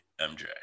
MJ